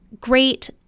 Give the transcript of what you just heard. great